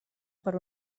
per